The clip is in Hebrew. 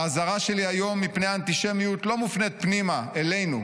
האזהרה שלי היום מפני האנטישמיות לא מופנית פנימה אלינו,